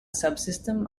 subsystem